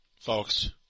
folks